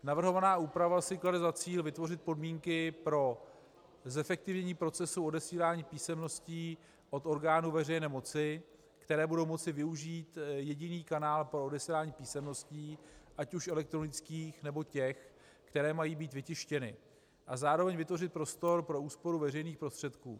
Navrhovaná úprava si klade za cíl vytvořit podmínky pro zefektivnění procesů odesílání písemností od orgánů veřejné moci, které budou moci využít jediný kanál pro odesílání písemností, ať už elektronických, nebo těch, které mají být vytištěny, a zároveň vytvořit prostor pro úsporu veřejných prostředků.